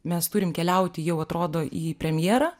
mes turim keliauti jau atrodo į premjerą